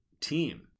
team